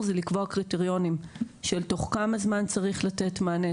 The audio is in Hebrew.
זה לקבוע קריטריונים של תוך כמה זמן צריך לתת מענה,